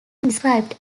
described